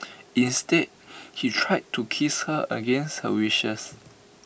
instead he tried to kiss her against her wishes